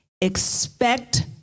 Expect